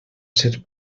ser